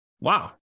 wow